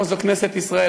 פה זה כנסת ישראל,